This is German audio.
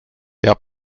der